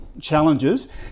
challenges